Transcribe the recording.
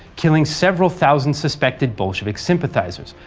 killing several thousand suspected bolshevik sympathizers,